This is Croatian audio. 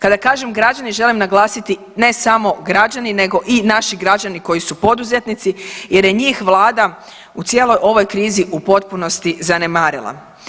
Kada kažem građani želim naglasiti ne samo građani, nego i naši građani koji su poduzetnici, jer je njih Vlada u cijeloj ovoj krizi u potpunosti zanemarila.